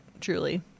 truly